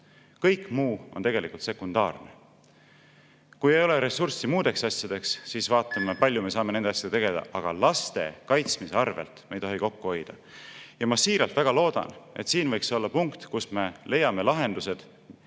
kõik muu on tegelikult sekundaarne. Kui ei ole ressurssi muudeks asjadeks, siis vaatame, kui palju me saame nende asjadega tegeleda, aga laste kaitsmise arvel me ei tohi kokku hoida. Ma siiralt väga loodan, et siin võiks olla punkt, kus me leiame lahendused,